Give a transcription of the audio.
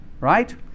Right